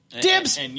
Dibs